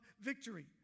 victory